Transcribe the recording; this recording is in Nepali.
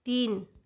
तिन